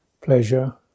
pleasure